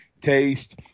taste